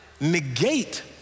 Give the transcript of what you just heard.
negate